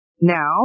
Now